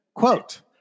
Quote